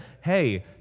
hey